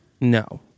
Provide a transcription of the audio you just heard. No